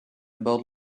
about